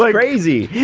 like crazy. yeah